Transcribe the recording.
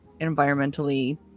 environmentally